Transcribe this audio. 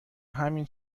همین